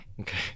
okay